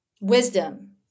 wisdom